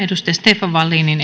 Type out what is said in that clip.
stefan wallinin